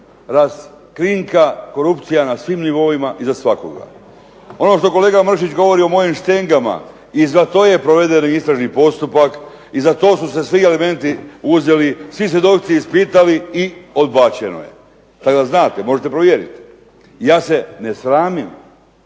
raskrinka korupcija na svim nivoima i za svakoga. Ono što kolega Mršić govori o mojom štengama i za to je proveden istražni postupak i za to su se svi elementi uzeli, svi svjedoci ispitani i odbačeno je. Tako da znate, možete provjeriti. Ja se ne sramim.